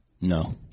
No